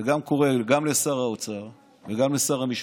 וגם קורא, גם לשר האוצר וגם לשר המשפטים,